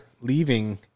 leaving